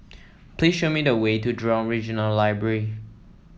please show me the way to Jurong Regional Library